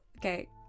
Okay